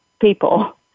people